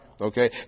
Okay